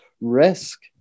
risk